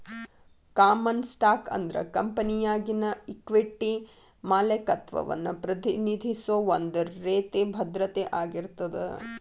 common stock ಅಂದ್ರ ಕಂಪೆನಿಯಾಗಿನ equity ಮಾಲೇಕತ್ವವನ್ನ ಪ್ರತಿನಿಧಿಸೋ ಒಂದ್ ರೇತಿ ಭದ್ರತೆ ಆಗಿರ್ತದ